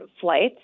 flights